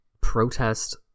protest